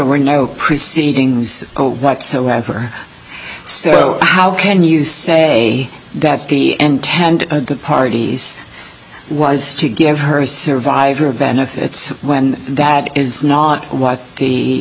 were no precedings whatsoever so how can you say that the entend parties was to give her survivor benefits when that is not why the